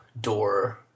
door